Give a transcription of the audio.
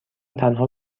تنها